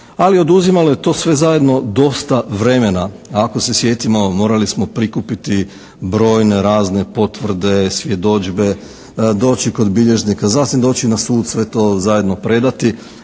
ali oduzimalo je to sve zajedno dosta vremena. Ako se sjetimo morali smo prikupiti brojne razne potvrde, svjedodžbe, doći kod bilježnika, zatim doći na sud sve to zajedno predati